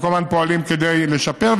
ואנחנו כל הזמן פועלים כדי לשפר.